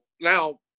now